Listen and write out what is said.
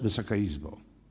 Wysoka Izbo!